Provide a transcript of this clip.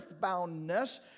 earthboundness